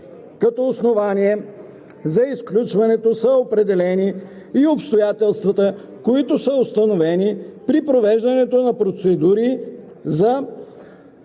като основание за изключване са определени и обстоятелствата, които са установени при провеждането на процедурата